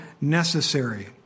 necessary